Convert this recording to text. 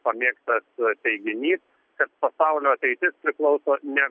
pamėgtas teiginys kad pasaulio ateitis priklauso ne